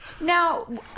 Now